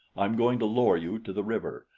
i'm going to lower you to the river,